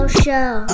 show